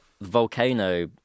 volcano